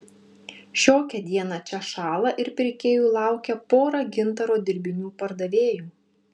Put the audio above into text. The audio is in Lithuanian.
šiokią dieną čia šąla ir pirkėjų laukia pora gintaro dirbinių pardavėjų